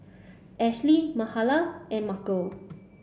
Ashlie Mahala and Markel